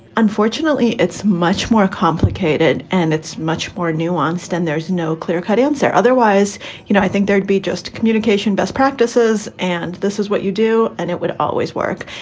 unfortunately, it's much more complicated and it's much more nuanced. and there's no clear cut answer. otherwise know i think there'd be just communication, best practices, and this is what you do. and it would always work.